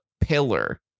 pillar